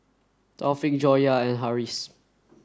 Taufik Joyah and Harris